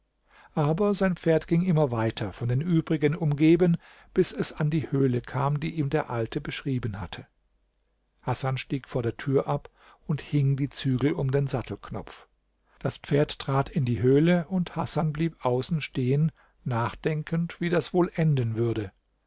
aber sein pferd ging immer weiter von den übrigen umgeben bis es an die höhle kam die ihm der alte beschrieben hatte hasan stieg vor der tür ab und hing die zügel um den sattelknopf das pferd trat in die höhle und hasan blieb außen stehen nachdenkend wie das wohl enden würde